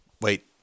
Wait